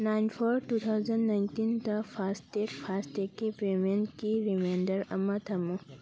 nine four two thousand ꯅꯥꯏꯟꯇꯤꯟꯗ FASTag ꯐꯥꯁꯇꯦꯛꯀꯤ ꯄꯦꯃꯦꯟꯒꯤ ꯔꯤꯃꯦꯟꯗꯔ ꯑꯃ ꯊꯝꯃꯨ